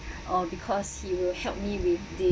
or because he will help me with this